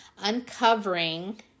Uncovering